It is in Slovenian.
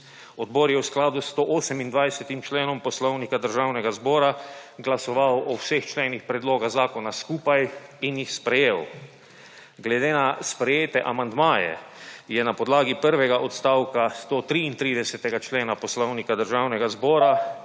Odbor je v skladu s 128. členom Poslovnika Državnega zbora glasoval o vseh členih predloga zakona skupaj in jih sprejel. Glede na sprejete amandmaje je na podlagi prvega odstavka 133. člena Poslovnika Državnega zbora